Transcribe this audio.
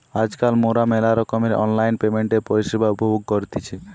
আজকাল মোরা মেলা রকমের অনলাইন পেমেন্টের পরিষেবা উপভোগ করতেছি